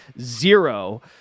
zero